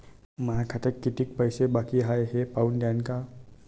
माया खात्यात कितीक पैसे बाकी हाय हे पाहून द्यान का?